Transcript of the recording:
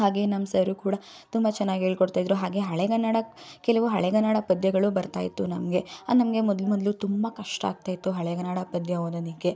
ಹಾಗೆಯೇ ನಮ್ಮ ಸರು ಕೂಡ ತುಂಬ ಚೆನ್ನಾಗಿ ಹೇಳ್ಕೊಡ್ತಾ ಇದ್ದರು ಹಾಗೇ ಹಳೆಗನ್ನಡ ಕೆಲವು ಹಳೆಗನ್ನಡ ಪದ್ಯಗಳು ಬರ್ತಾಯಿತ್ತು ನಮಗೆ ಅದು ನಮಗೆ ಮೊದಲು ಮೊದಲು ತುಂಬ ಕಷ್ಟ ಆಗ್ತಾಯಿತ್ತು ಹಳೆಗನ್ನಡ ಪದ್ಯ ಓದೋದಕ್ಕೆ